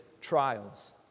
trials